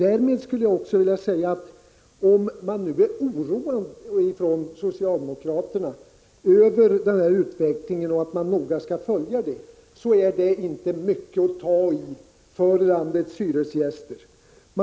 Om man från socialdemokraternas sida är oroad över utvecklingen och avser att noga följa den, är det inte mycket att ta i för landets hyresgäster.